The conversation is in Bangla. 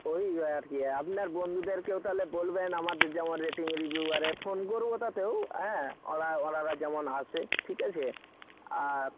ওই আর কি আপনার বন্ধুদেরকেও তাহলে বলবেন আমাদের যেমন রেটিং রিভিউ আরে ফোন করব তাতেও হ্যাঁ ওরা ওনারা যেমন আসে ঠিক আছে আর